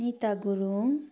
Nita Gurung